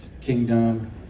kingdom